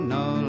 no